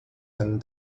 and